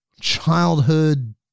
childhood